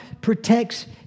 protects